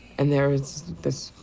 and there was this.